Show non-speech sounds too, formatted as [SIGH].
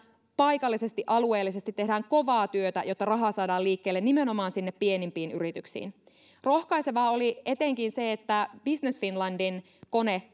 paikallisesti ja alueellisesti tehdään kovaa työtä jotta rahaa saadaan liikkeelle nimenomaan sinne pienimpiin yrityksiin rohkaisevaa oli etenkin se että business finlandin kone [UNINTELLIGIBLE]